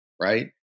Right